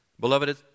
Beloved